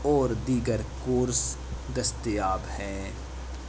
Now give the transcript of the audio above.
اور دیگر کورس دستیاب ہیں